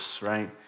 right